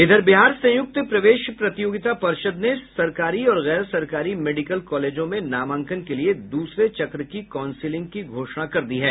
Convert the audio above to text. इधर बिहार संयुक्त प्रवेश प्रतियोगिता पर्षद ने सरकारी और गैर सरकारी मेडिकल कॉलेजों में नामांकन के लिए दूसरे चक्र की काउंसिलिंग की घोषणा कर दी है